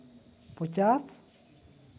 ᱯᱚᱪᱟᱥ